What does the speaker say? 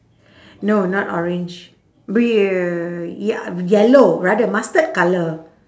no not orange br~ uh ya yellow rather mustard colour